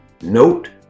note